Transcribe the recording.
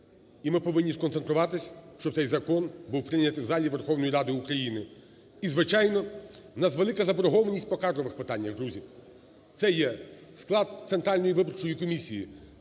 І ми повинні сконцентруватись, щоб цей закон був прийнятий в залі Верховної Ради України. І, звичайно, у нас велика заборгованість по кадрових питаннях, друзі. Це є склад Центральної виборчої комісії,